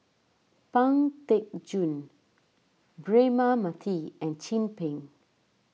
Pang Teck Joon Braema Mathi and Chin Peng